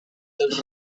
els